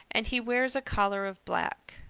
and he wears a collar of black.